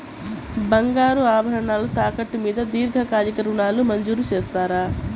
బంగారు ఆభరణాలు తాకట్టు మీద దీర్ఘకాలిక ఋణాలు మంజూరు చేస్తారా?